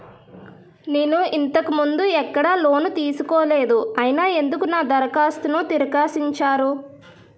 నేను ఇంతకు ముందు ఎక్కడ లోన్ తీసుకోలేదు అయినా ఎందుకు నా దరఖాస్తును తిరస్కరించారు?